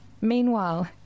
Meanwhile